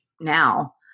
now